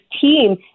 team